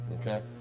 okay